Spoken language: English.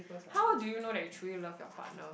how do you know that you truly love your partner